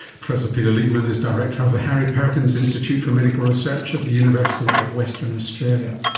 professor peter leedman is director of the harry perkins institute for medical research at the university of western australia.